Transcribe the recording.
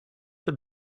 did